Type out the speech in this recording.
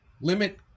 limit